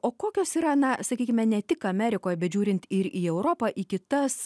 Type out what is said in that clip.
o kokios yra na sakykime ne tik amerikoj bet žiūrint į europą į kitas